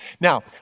Now